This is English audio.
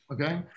Okay